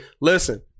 listen